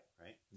Right